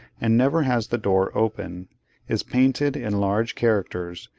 and never has the door open is painted in large characters,